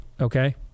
Okay